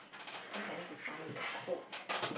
I think I need to find the quote